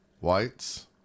whites